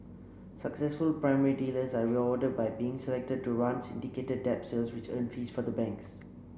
successful primary dealers are reward by being selected to run syndicated debt sales which earn fees for the banks